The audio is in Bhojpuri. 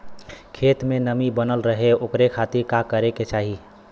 खेत में नमी बनल रहे ओकरे खाती का करे के चाही?